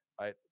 Right